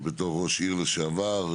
שבתור ראש עיר לשעבר,